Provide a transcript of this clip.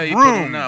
room